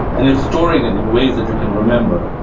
and you're storing it in ways that you can remember.